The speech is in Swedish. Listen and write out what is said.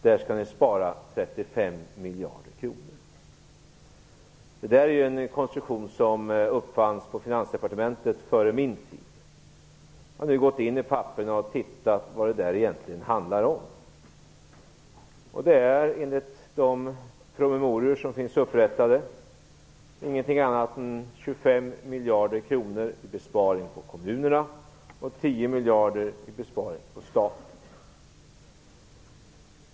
Där skall ni spara 35 miljarder kronor. Det är en konstruktion som uppfanns på Finansdepartementet före min tid. Jag har tittat på vad det egentligen handlar om. Det är enligt de promemorior som finns upprättade ingenting annat än 25 miljarder kronor i besparing på kommunerna och 10 miljarder på staten.